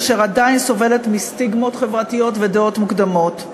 אשר עדיין סובלת מסטיגמות חברתיות ודעות מוקדמות.